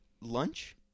lunch